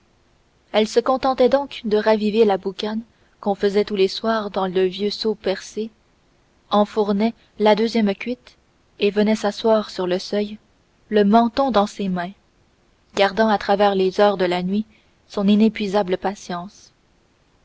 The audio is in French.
elle se contentait donc de raviver la boucane qu'on faisait tous les soirs dans le vieux seau percé enfournait la deuxième cuite et venait s'asseoir sur le seuil le menton dans ses mains gardant à travers les heures de la nuit son inépuisable patience